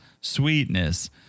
sweetness